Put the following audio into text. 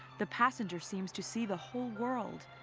the passenger seems to see the whole world.